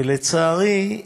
ולצערי,